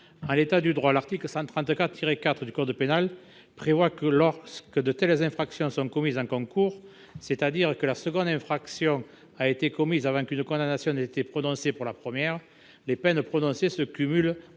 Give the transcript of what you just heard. En l’état du droit, l’article 132 4 du code pénal prévoit que, lorsque de telles infractions sont commises en concours, c’est à dire quand la seconde infraction a été commise avant qu’une condamnation n’ait été prononcée pour la première, les peines prononcées se cumulent entre